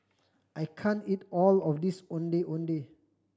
I can't eat all of this Ondeh Ondeh